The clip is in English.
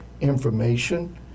information